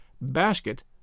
basket